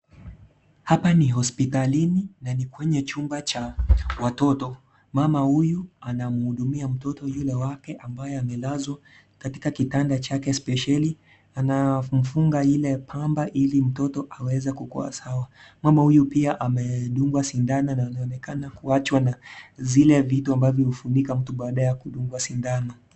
Hapa ni hospitalini na ni kwenye chumba cha watoto mama huyu Anamhudumia mtoto yule wake ambaye amelazwa katika kitanda chake spesheli amamfunga mtoto ile pamba ili aweze kuwa sawa kama huyu ameachiwa na zile vitu ambavyo hubakia baada ya mtu kudungwa sindano.